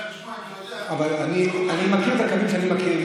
הייתי שמח לשמוע, אני מכיר את הקווים שאני מכיר.